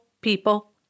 people